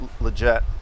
legit